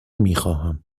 میخواهم